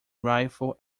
rifle